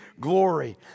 glory